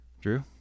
Drew